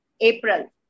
April